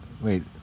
wait